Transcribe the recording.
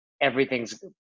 everything's –